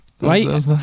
Right